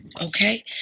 okay